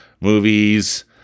movies